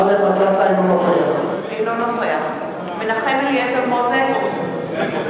אינו נוכח מנחם אליעזר מוזס,